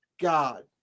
God